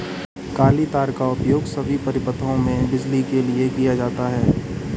काली तार का उपयोग सभी परिपथों में बिजली के लिए किया जाता है